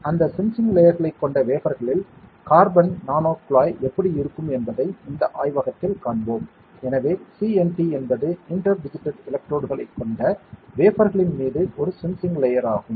எனவே அந்த சென்சிங் லேயர்களைக் கொண்ட வேஃபர்களில் கார்பன் நானோ குழாய் எப்படி இருக்கும் என்பதை இந்த ஆய்வகத்தில் காண்போம் எனவே சிஎன்டி என்பது இன்டர் டிஜிட்டட் எலக்ட்ரோடுகளைக் கொண்ட வேஃபர்களின் மீது ஒரு சென்சிங் லேயர் ஆகும்